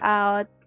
out